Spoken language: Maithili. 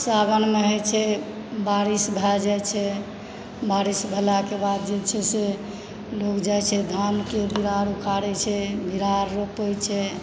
सावनमे होइ छै बारिश भए जाइ छै बारिश भेलाके बाद जे छै से लोग जाइ छै धानके बिरार उखाड़ै छै बिरार रोपै छै